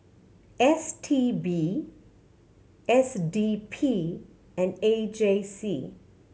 S T B S D P and A J C